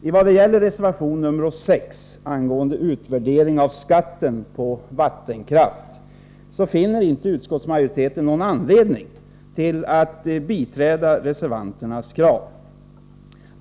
I vad gäller reservation 6, angående utvärdering av skatten på vattenkraft, finner inte utskottsmajoriteten någon anledning att biträda reservanternas krav.